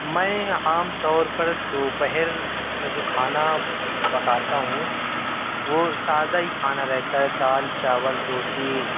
میں عام طور پر دو پہر میں جو کھانا پکاتا ہوں وہ سادہ ہی کھانا رہتا ہے دال چاول روٹی